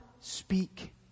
speak